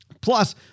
Plus